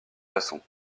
façon